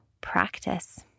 practice